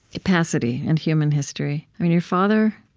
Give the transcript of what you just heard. capacity and human history. your father